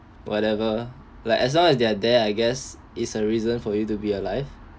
whatever like as long as they're there I guess is a reason for you to be alive